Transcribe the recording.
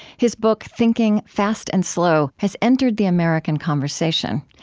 his book thinking, fast and slow has entered the american conversation.